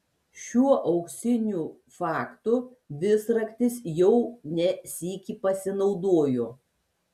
šiuo auksiniu faktu visraktis jau ne sykį pasinaudojo